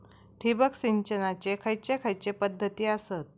ठिबक सिंचनाचे खैयचे खैयचे पध्दती आसत?